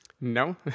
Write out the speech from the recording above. No